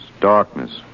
darkness